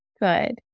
Good